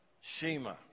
shema